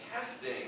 testing